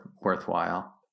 worthwhile